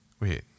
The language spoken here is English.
wait